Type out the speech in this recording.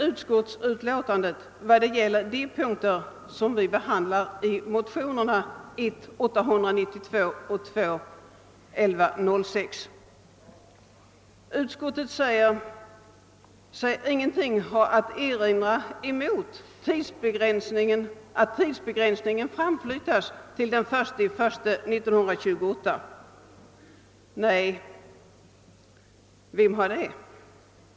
Utskottet säger i sitt utlåtande över motionerna I: 892 och II: 1106 att det inte har något att erinra mot att tidsbegränsningen framflyttas till den 1 januari 1928. Nej, vem har det?